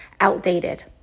outdated